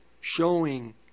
showing